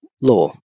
law